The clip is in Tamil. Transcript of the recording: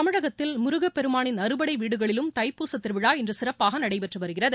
தமிழகத்தில் முருகப்பெருமானின் அறுபடை வீடுகளிலும் தைப்பூசத் திருவிழா இன்று சிறப்பாக நடைபெற்று வருகிறது